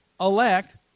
elect